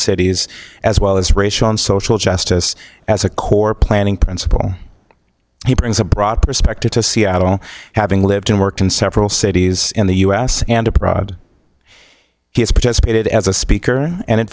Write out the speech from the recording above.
cities as well as racial and social justice as a core planning principle he brings a broad perspective to seattle having lived and worked in several cities in the u s and abroad he's participated as a speaker and